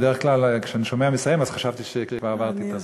בדרך כלל כשאני שומע "מסיים" אז חשבתי שכבר עברתי את הזמן.